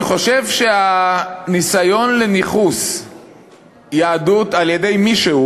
אני חושב שהניסיון של ניכוס יהדות על-ידי מישהו